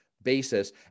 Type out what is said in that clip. Basis